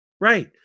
right